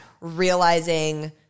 realizing